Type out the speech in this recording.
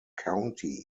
county